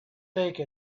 take